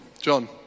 john